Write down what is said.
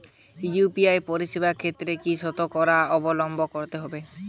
UPI পরিসেবার ক্ষেত্রে কি সতর্কতা অবলম্বন করতে হবে?